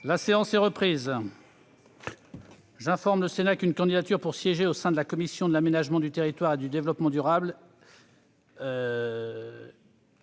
La séance est reprise. J'informe le Sénat qu'une candidature pour siéger au sein de la commission de l'aménagement du territoire et du développement durable